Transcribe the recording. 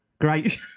Great